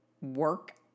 Work